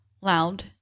loud